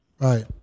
Right